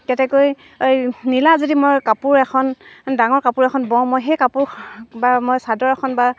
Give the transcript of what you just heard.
কেতেকৈ নীলা যদি মই কাপোৰ এখন ডাঙৰ কাপোৰ এখন বওঁ মই সেই কাপোৰ বা মই চাদৰ এখন বা